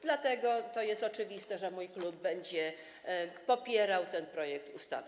Dlatego jest oczywiste, że mój klub będzie popierał ten projekt ustawy.